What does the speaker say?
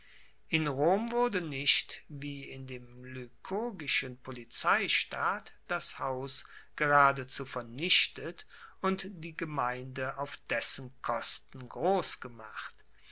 in rom wurde nicht wie in dem lykurgischen polizeistaat das haus geradezu vernichtet und die gemeinde auf dessen kosten gross gemacht